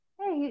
hey